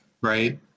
right